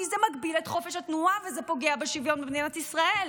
כי זה מגביל את חופש התנועה וזה פוגע בשוויון במדינת ישראל.